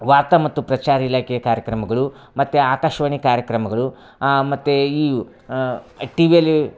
ವಾರ್ತಾ ಮತ್ತು ಪ್ರಚಾರ ಇಲಾಖೆಯ ಕಾರ್ಯಕ್ರಮಗಳು ಮತ್ತು ಆಕಾಶವಾಣಿ ಕಾರ್ಯಕ್ರಮಗಳು ಮತ್ತು ಈ ಟಿ ವಿಯಲ್ಲಿ